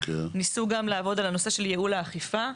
ניסו גם לעבוד על נושא ייעול האכיפה,